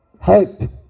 hope